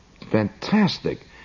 fantastic